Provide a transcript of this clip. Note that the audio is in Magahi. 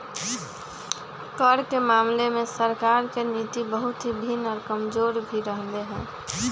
कर के मामले में सरकार के नीति बहुत ही भिन्न और कमजोर भी रहले है